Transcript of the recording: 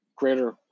greater